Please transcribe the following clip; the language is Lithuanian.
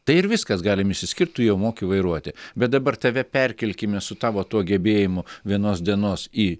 tai ir viskas galim išsiskirt tu jau moki vairuoti bet dabar tave perkelkime su tavo tuo gebėjimu vienos dienos į